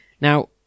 Now